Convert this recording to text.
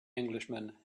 englishman